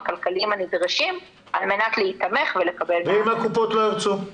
הכלכליים הנדרשים על מנת להיתמך ולקבל --- ואם הקופות לא ירצו?